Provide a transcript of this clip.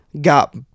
got